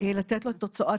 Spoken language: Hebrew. לתת לו את תוצאת